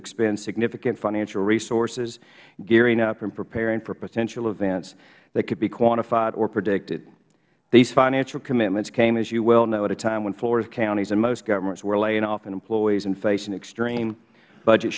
expend significant financial resources gearing up and preparing for potential events that couldn't be quantified or predicted these financial commitments came as you well know at a time when florida counties and most governments were laying off employees and facing extreme budget